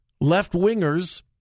left-wingers